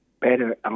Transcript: better